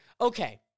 Okay